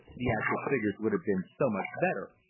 the actual figures would have been so much better!